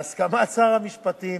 בהסכמת שר המשפטים